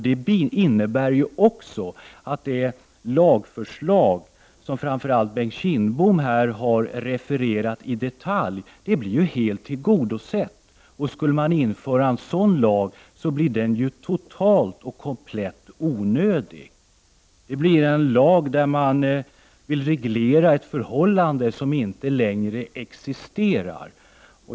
Det innebär att det krav på lagstiftning, som framför allt Bengt Kindbom i detalj här har refererat, blir helt tillgodosett. En sådan lag skulle bli totalt onödig. Det skulle bli en lag som reglerar ett förhållande som inte längre existerar.